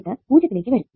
എന്നിട് 0 ലേക്ക് വരും